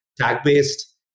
tag-based